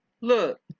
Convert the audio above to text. Look